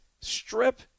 strip